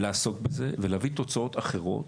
לעסוק בזה ולהביא תוצאות אחרות,